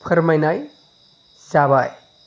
फोरमायनाय जाबाय